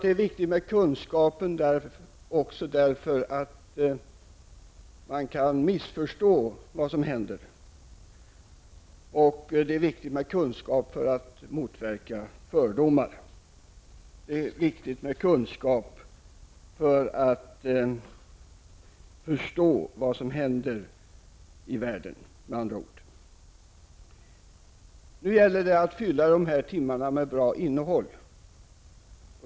Det är viktigt med kunskap, för annars kan man missförstå det som händer. Det är också viktigt med kunskap för att motverka fördomar och för att förstå vad som händer i världen. Nu gäller det att fylla dessa timmar med ett bra innehåll.